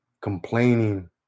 complaining